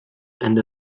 and